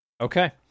Okay